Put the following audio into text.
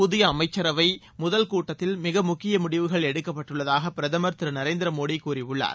புதிய மத்திய அமைச்சரவை முதல் கூட்டத்தில் மிக முக்கிய முடிவுகள் எடுக்கப்பட்டுள்ளதாக பிரதமர் திரு நரேந்திர மோடி கூறியுள்ளார்